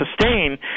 sustain